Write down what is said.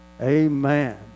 Amen